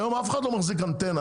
היום אף אחד לא מחזיק אנטנה,